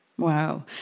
Wow